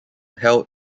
held